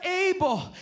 able